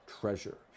treasure